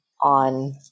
on